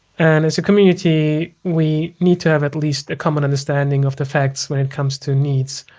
and as a community, we need to have at least a common understanding of the facts when it comes to needs,